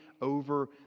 over